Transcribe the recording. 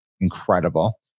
incredible